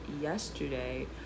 yesterday